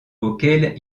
auxquels